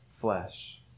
flesh